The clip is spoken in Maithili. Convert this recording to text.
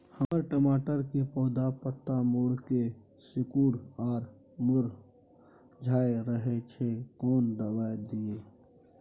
हमर टमाटर के पौधा के पत्ता मुड़के सिकुर आर मुरझाय रहै छै, कोन दबाय दिये?